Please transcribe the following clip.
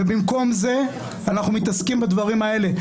ובמקום זה אנחנו מתעסקים בדברים האלה.